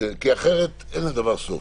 כי אחרת אין לדבר סוף.